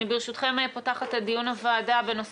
ברשותכם אני פותחת את דיון הוועדה בנושא